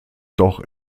doch